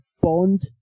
Bond